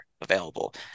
available